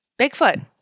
bigfoot